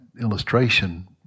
illustration